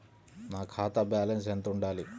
నా ఖాతా బ్యాలెన్స్ ఎంత ఉండాలి?